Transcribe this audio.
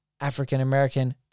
African-American